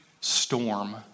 storm